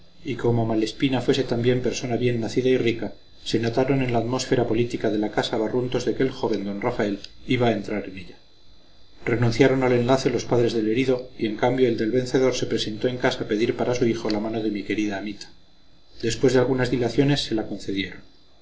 y como malespina fuese también persona bien nacida y rica se notaron en la atmósfera política de la casa barruntos de que el joven d rafael iba a entrar en ella renunciaron al enlace los padres del herido y en cambio el del vencedor se presentó en casa a pedir para su hijo la mano de mi querida amita después de algunas dilaciones se la concedieron